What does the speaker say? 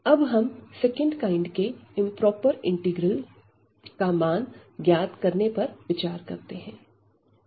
अब हम second kind के इंप्रोपर इंटीग्रल का मान ज्ञात करने पर विचार करते हैं